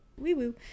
Wee-woo